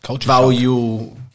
value